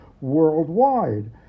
worldwide